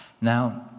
Now